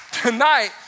tonight